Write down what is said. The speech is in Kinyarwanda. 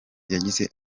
yagize